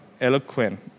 eloquent